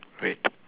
wait